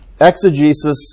exegesis